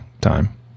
time